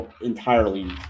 entirely